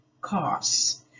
costs